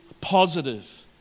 positive